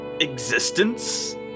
existence